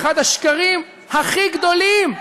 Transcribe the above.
אחד השקרים הכי גדולים,